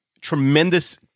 tremendous